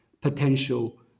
potential